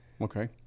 Okay